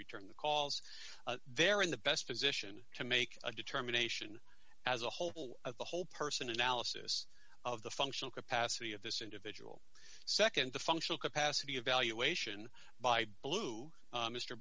return the calls they're in the best position to make a determination as a whole the whole person analysis of the functional capacity of this individual nd the functional capacity evaluation by blue